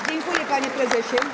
Dziękuję, panie prezesie.